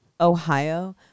Ohio